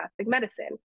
medicine